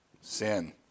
sin